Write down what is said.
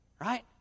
Right